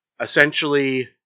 essentially